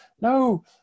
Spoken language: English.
No